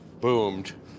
boomed